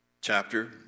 chapter